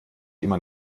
immer